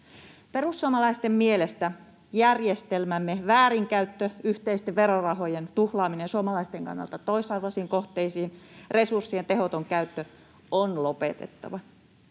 Perussuomalaisten mielestä järjestelmämme väärinkäyttö, yhteisten verorahojen tuhlaaminen suomalaisten kannalta toisarvoisiin kohteisiin ja resurssien tehoton käyttö on lopetettava.